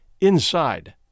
inside